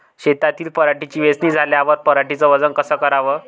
शेतातील पराटीची वेचनी झाल्यावर पराटीचं वजन कस कराव?